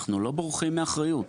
אנחנו לא בורחים מהאחריות.